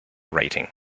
rating